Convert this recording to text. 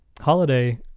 Holiday